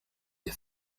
des